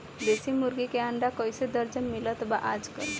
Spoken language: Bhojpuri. देशी मुर्गी के अंडा कइसे दर्जन मिलत बा आज कल?